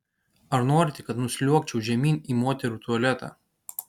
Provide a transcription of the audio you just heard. ar norite kad nusliuogčiau žemyn į moterų tualetą